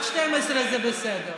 עד 24:00 זה בסדר.